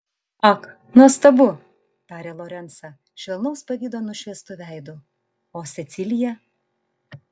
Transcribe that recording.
ak nuostabu tarė lorencą švelnaus pavydo nušviestu veidu o cecilija